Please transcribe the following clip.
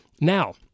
Now